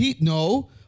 No